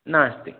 नास्ति